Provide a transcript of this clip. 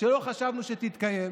שלא חשבנו שתתקיים,